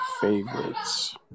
Favorites